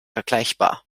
vergleichbar